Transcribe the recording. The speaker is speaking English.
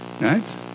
right